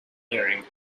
blaring